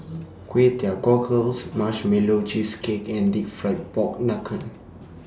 Kway Teow Cockles Marshmallow Cheesecake and Deep Fried Pork Knuckle